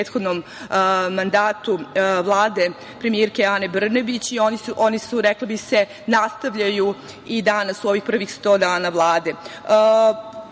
u prethodnom mandatu Vlade premijerke Ane Brnabić i oni se, reklo bi se, nastavljaju i danas u ovih prvih 100 dana Vlade. Ti